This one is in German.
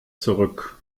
zurück